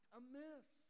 amiss